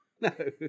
no